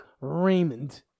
Raymond